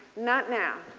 not now.